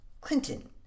clinton